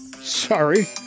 sorry